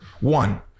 one